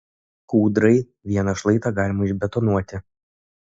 kūdrai vieną šlaitą galima išbetonuoti